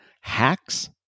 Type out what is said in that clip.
Hacks